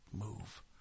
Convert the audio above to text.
move